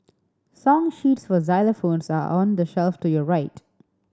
song sheets for xylophones are on the shelf to your right